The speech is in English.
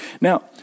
Now